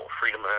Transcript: Freedom